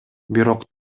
бирок